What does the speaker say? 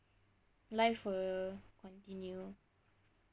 life will continue